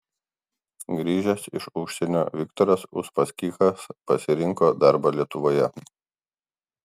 grįžęs iš užsienio viktoras uspaskichas pasirinko darbą lietuvoje